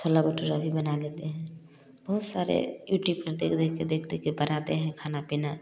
छोला भटूरा भी बना लेते हैं बहुत सारे यूट्यूब पर देख देख के देख देख के बनाते हैं खाना पीना